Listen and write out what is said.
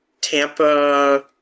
Tampa